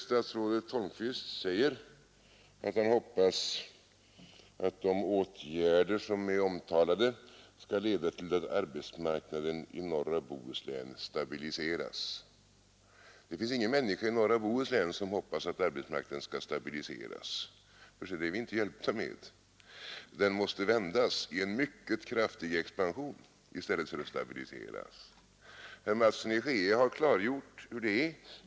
Statsrådet Holmqvist säger att han hoppas att de åtgärder som är omtalade skall leda till att arbetsmarknaden i norra Bohuslän stabiliseras. Det finns ingen människa i norra Bohuslän som hoppas att arbetsmarknaden skall stabiliseras, för det är vi inte hjälpta med. Utvecklingen måste vändas och arbetsmarknaden genomgå en mycket kraftig expansion i stället för att stabiliseras. Herr Mattsson i Skee har klargjort hur det är.